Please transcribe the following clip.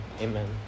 amen